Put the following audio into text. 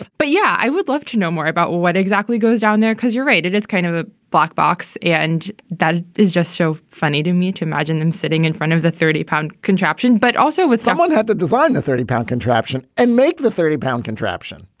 but yeah, i would love to know more about what exactly goes down there because you're right, it is kind of a black box and that is just so funny to me to imagine them sitting in front of the thirty pound contraption, but also with someone had to design the thirty pound contraption and make the thirty pound contraption.